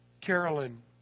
Carolyn